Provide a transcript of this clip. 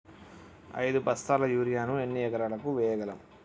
ఐదు బస్తాల యూరియా ను ఎన్ని ఎకరాలకు వేయగలము?